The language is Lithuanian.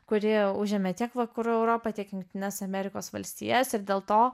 kuri užėmė tiek vakarų europą tiek jungtines amerikos valstijas ir dėl to